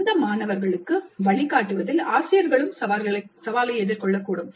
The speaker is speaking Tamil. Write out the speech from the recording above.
அந்த மாணவர்களுக்கு வழிகாட்டுவதில் ஆசிரியர்களும் சவாலை எதிர்கொள்ளக்கூடும்